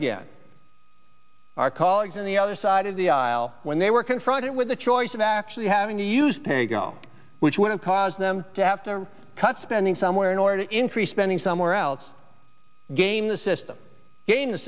again our colleagues on the other side of the aisle when they were confronted with the choice of actually having to use pay go which would have caused them to have to cut spending somewhere in order to increase spending somewhere else game the system ga